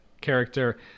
character